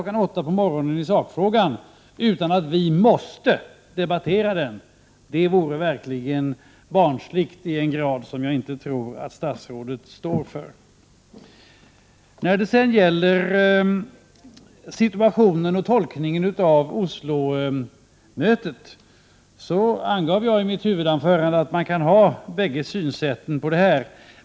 08.00 på morgonen utan att vi får ha en debatt i sakfrågan vore verkligen barnsligt. Men så barnslig tror jag inte att statsrådet är. Så något om situationen och tolkningen beträffande Oslomötet. I mitt huvudanförande angav jag att det finns två synsätt här.